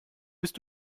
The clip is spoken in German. bist